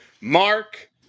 Mark